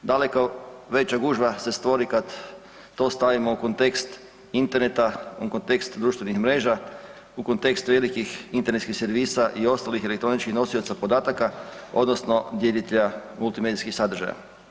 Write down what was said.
Daleko veća gužva se stvori kad to stavimo u kontekst interneta, u kontekst društvenih mreža, u kontekst velikih internetskih servisa i ostalih elektroničkih nosioca podataka odnosno djelitelja multimedijskih sadržaja.